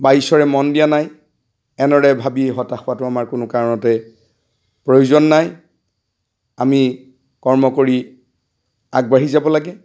বা ঈশ্বৰে মন দিয়া নাই এনেদৰে ভাবি হতাশ হোৱাতো আমাৰ কোনো কাৰণতে প্ৰয়োজন নাই আমি কৰ্ম কৰি আগবাঢ়ি যাব লাগে